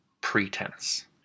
pretense